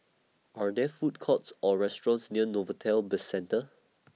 Are There Food Courts Or restaurants near Novelty Bizcentre